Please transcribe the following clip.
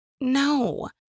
no